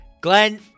Glenn